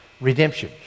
Redemption